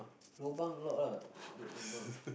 lobang a lot ah lobang